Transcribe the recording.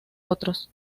otros